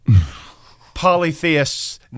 polytheists